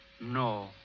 No